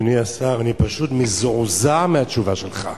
אדוני השר, אני פשוט מזועזע מהתשובה שלך.